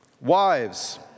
Wives